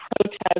protest